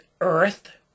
earth